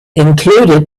included